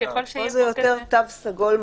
פה זה יותר תו סגול,